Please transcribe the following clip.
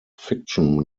fiction